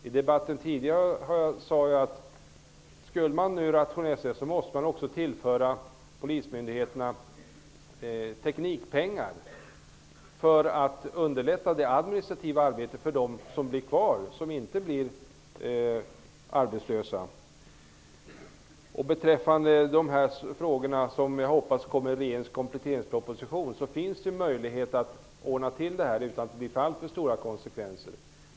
Jag sade tidigare i debatten att man, om man skall rationalisera, måste tillföra polismyndigheterna teknikpengar för att underlätta det administrativa arbetet för dem som inte blir arbetslösa. Jag hoppas att dessa frågor tas upp i regeringens kompletteringsproposition. Det finns möjlighet att lösa problemen utan att det blir alltför stora konsekvenser.